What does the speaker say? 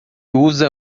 usa